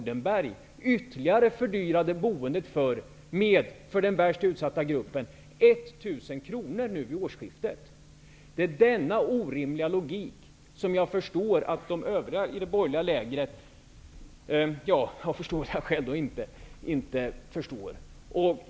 Det är de människorna som Det är denna orimliga logik som jag förstår att de övriga i det borgerliga lägret inte förstår.